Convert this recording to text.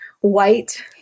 white